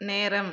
நேரம்